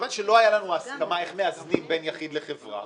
מכיוון שלא היתה לנו הסכמה איך מאזנים בין יחיד לחברה,